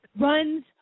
runs